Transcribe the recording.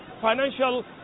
financial